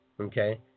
Okay